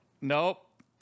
Nope